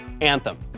Anthem